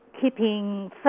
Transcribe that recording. keeping